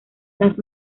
las